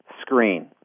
screen